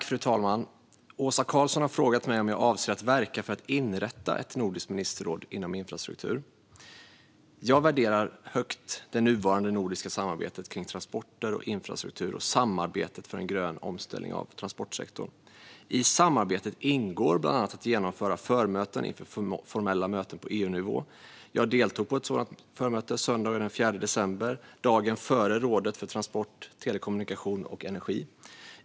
Fru talman! Åsa Karlsson har frågat mig om jag avser att verka för att inrätta ett nordiskt ministerråd inom infrastruktur. Jag värderar högt det nuvarande nordiska samarbetet kring transporter och infrastruktur och samarbetet för en grön omställning av transportsektorn. I samarbetet ingår bland annat att genomföra förmöten inför formella möten på EU-nivå. Jag deltog i ett sådant förmöte söndagen den 4 december, dagen före mötet i rådet för transport, telekommunikation och energi.